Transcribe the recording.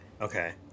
Okay